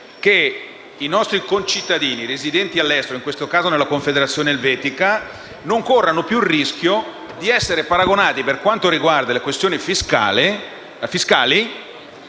che i nostri concittadini residenti all'estero, in questo caso nella Confederazione elvetica, non corrano più il rischio di essere paragonati, per quanto riguarda le questioni fiscali,